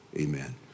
amen